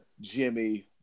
Jimmy